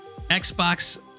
Xbox